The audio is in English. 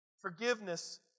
Forgiveness